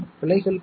எந்த வகையில்